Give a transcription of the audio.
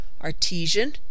artesian